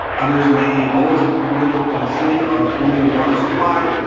others may have always lived in a city or in community water supply,